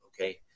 okay